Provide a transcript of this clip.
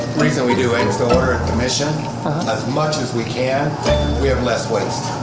reason we do eggs to order, commission as much as we can we have less waste.